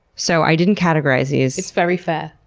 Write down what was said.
so, i didn't categorize these. it's very fair.